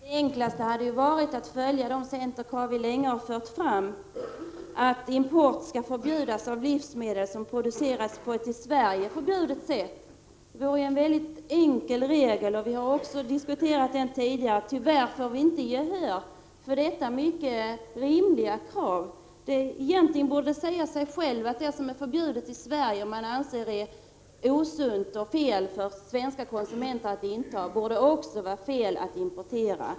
Herr talman! Det enklaste hade varit att följa de förslag som centern länge har fört fram, nämligen att import skall förbjudas av livsmedel som produceras på sätt som är förbjudet i Sverige. Det vore en mycket enkel regel. Tyvärr får vi inte gehör för detta mycket rimliga krav. Det borde säga sig självt att det som är förbjudet i Sverige, det som vi anser vara osunt och fel för svenska konsumenter, inte borde få importeras.